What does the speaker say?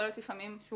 יכול להיות לפעמים שהוא